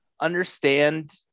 understand